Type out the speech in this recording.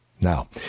now